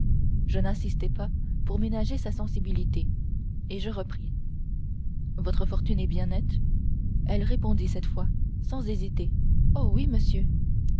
je n'insistai pas pour ménager sa sensibilité et je repris votre fortune est bien nette elle répondit cette fois sans hésiter oh oui monsieur